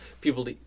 people